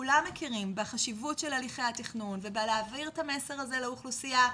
כולם מכירים בחשיבות של הליכי התכנון ובלהעביר את המסר הזה לאוכלוסייה,